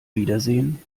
wiedersehen